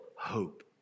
hope